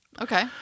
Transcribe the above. Okay